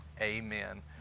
amen